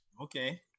Okay